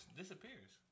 disappears